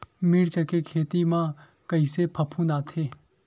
मिर्च के खेती म कइसे फफूंद आथे?